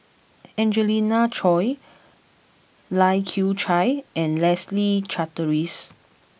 Angelina Choy Lai Kew Chai and Leslie Charteris